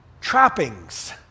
trappings